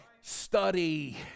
study